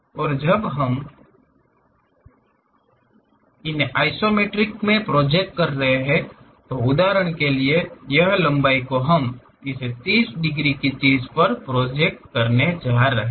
और जब हम इन्हें आइसोमेट्रिक में प्रोजेक्ट कर रहे हैं उदाहरण के लिए यह लंबाई को हम इसे 30 डिग्री की चीज पर प्रोजेक्ट करने जा रहे हैं